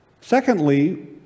Secondly